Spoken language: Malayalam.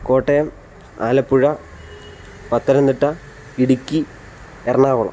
കോട്ടയം ആലപ്പുഴ പത്തനംതിട്ട ഇടുക്കി എറണാകുളം